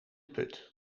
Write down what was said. put